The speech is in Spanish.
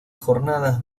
jornadas